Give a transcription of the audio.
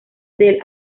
del